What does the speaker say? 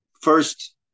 First